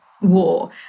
war